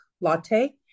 latte